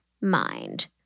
mind